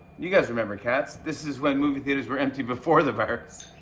you guys remember cats. this is when movie theaters were empty before the virus.